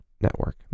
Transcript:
network